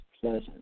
pleasant